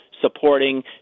supporting